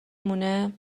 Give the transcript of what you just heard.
مونه